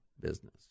business